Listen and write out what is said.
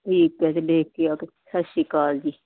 ਠੀਕ ਹੈ ਫਿਰ ਦੇਖ ਕੇ ਆ ਕੇ ਸਤਿ ਸ਼੍ਰੀ ਅਕਾਲ ਜੀ